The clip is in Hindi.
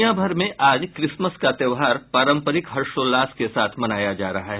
दुनिया भर में आज क्रिसमस का त्योहार पारंपरिक हर्षोल्लास के साथ मनाया जा रहा है